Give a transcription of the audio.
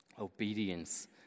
obedience